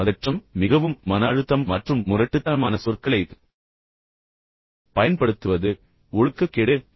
பதற்றம் மிகவும் மன அழுத்தம் மற்றும் முரட்டுத்தனமான சொற்களைப் பயன்படுத்துவது ஒழுக்கக்கேடு எனவே இது மென்மையான திறன்களின் ஒரு பகுதியாகும்